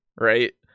right